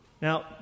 Now